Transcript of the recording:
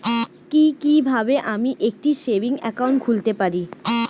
কি কিভাবে আমি একটি সেভিংস একাউন্ট খুলতে পারি?